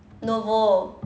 nuovo